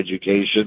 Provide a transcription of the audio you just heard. Education